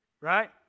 right